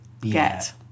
get